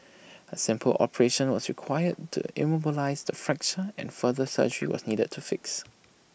A simple operation was required to immobilise the fracture and further surgery was needed to fix